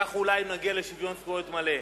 כך אולי נגיע לשוויון זכויות מלא.